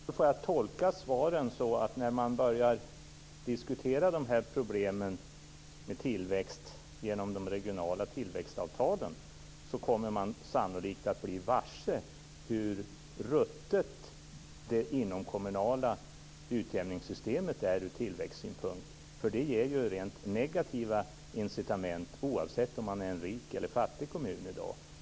Fru talman! I så fall får jag tolka svaret så, att när man börjar diskutera problemen med tillväxt genom de regionala tillväxtavtalen, kommer man sannolikt att bli varse hur ruttet det inomkommunala utjämningssystemet är ur tillväxtsynpunkt. Det ger ju i dag rent negativa incitament, oavsett om det är en rik eller en fattig kommun.